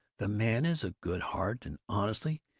the man has a good heart, and honestly,